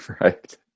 Right